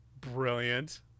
Brilliant